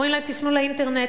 אומרים להם: תפנו לאינטרנט,